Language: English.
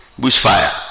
Bushfire